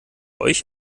euch